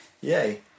Yay